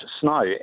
snow